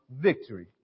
victory